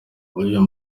uyu